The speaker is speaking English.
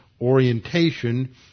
orientation